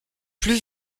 plus